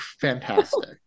fantastic